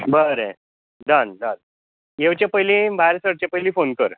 बरें डन डन येवचें पयली भायर सरचें पयली फोन कर